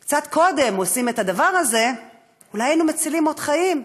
עושים קצת קודם את הדבר הזה אולי היינו מצילים עוד חיים.